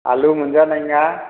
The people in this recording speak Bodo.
आलु मोनजानाय नोङा